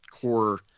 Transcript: core